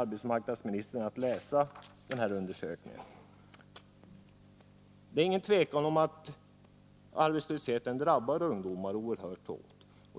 arbetsmarknadsministern att läsa den här undersökningen. Det är inget tvivel om att arbetslösheten drabbar ungdomar oerhört hårt.